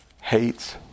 hates